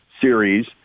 series